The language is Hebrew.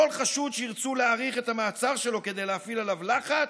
כל חשוד שירצו להאריך את המעצר שלו כדי להפעיל עליו לחץ,